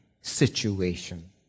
situation